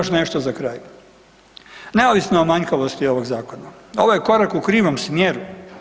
I još nešto za kraj neovisno o manjkavosti ovog zakona, ovo je korak u krivom smjeru.